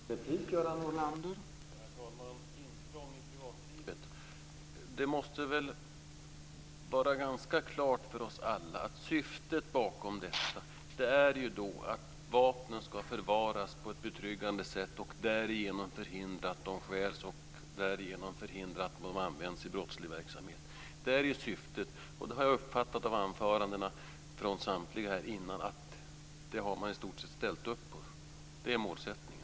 Herr talman! När det gäller det här med intrång i privatlivet måste det vara ganska klart för oss alla att syftet bakom detta är att vapnen ska förvaras på ett betryggande sätt. Därigenom förhindrar man att de stjäls och att de används i brottslig verksamhet. Det är syftet, och jag har uppfattat av anförandena från samtliga här tidigare att man i stort sett har ställt upp på detta. Det är målsättningen.